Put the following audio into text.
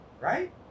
Right